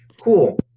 cool